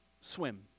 swim